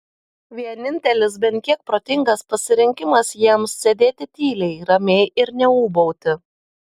vienintelis bent kiek protingas pasirinkimas jiems sėdėti tyliai ramiai ir neūbauti